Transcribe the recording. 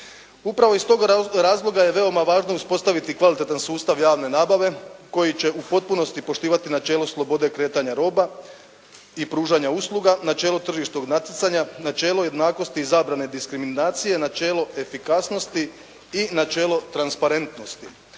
Upravo iz tog razloga je veoma važno uspostaviti kvalitetan sustav javne nabave koji će u potpunosti poštivati načelo slobode kretanja roba i pružanja usluga, načelo tržišnog natjecanja, načelo jednakosti i zabrane diskriminacije, načelo efikasnosti i načelo transparentnosti.